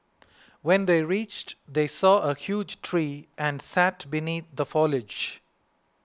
when they reached they saw a huge tree and sat beneath the foliage